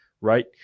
right